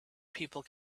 people